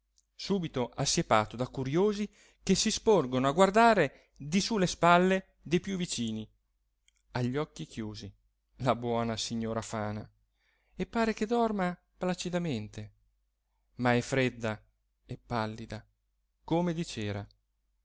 subito assiepato da curiosi che si sporgono a guardare di su le spalle dei più vicini ha gli occhi chiusi la buona signora fana e pare che dorma placidamente ma è fredda e pallida come di cera